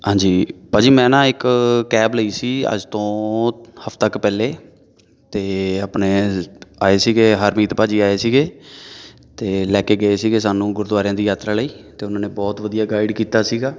ਹਾਂਜੀ ਭਾਅ ਜੀ ਮੈਂ ਨਾ ਇੱਕ ਕੈਬ ਲਈ ਸੀ ਅੱਜ ਤੋਂ ਹਫਤਾ ਕੁ ਪਹਿਲਾਂ ਅਤੇ ਆਪਣੇ ਆਏ ਸੀਗੇ ਹਰਮੀਤ ਭਾਅ ਜੀ ਆਏ ਸੀਗੇ ਅਤੇ ਲੈ ਕੇ ਗਏ ਸੀਗੇ ਸਾਨੂੰ ਗੁਰਦੁਆਰਿਆਂ ਦੀ ਯਾਤਰਾ ਲਈ ਅਤੇ ਉਹਨਾਂ ਨੇ ਬਹੁਤ ਵਧੀਆ ਗਾਈਡ ਕੀਤਾ ਸੀਗਾ